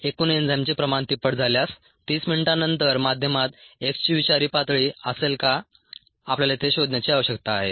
एकूण एंजाइमचे प्रमाण तिप्पट झाल्यास 30 मिनिटांनंतर माध्यमात X ची विषारी पातळी असेल का आपल्याला ते शोधण्याची आवश्यकता आहे